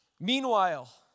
Meanwhile